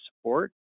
support